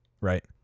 right